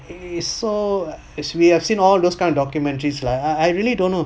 it's so as we have seen all those kind of documentaries lah I I really don't know